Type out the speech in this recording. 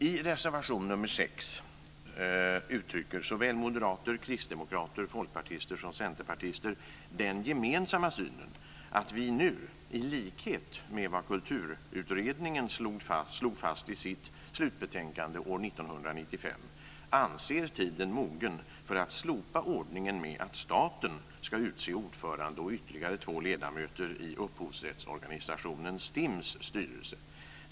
I reservation 6 uttrycker såväl moderater, kristdemokrater, folkpartister som centerpartister den gemensamma synen att vi nu, i likhet med vad Kulturutredningen slog fast i sitt slutbetänkande år 1995, anser tiden mogen att slopa ordningen med att staten ska utse ordförande och ytterligare två ledamöter i upphovsrättsorganisationen STIM:s styrelse.